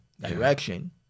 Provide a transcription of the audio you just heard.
direction